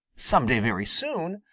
some day very soon,